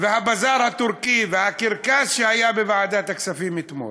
והבזאר הטורקי, והקרקס שהיה בוועדת הכספים אתמול,